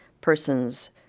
person's